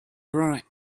grunt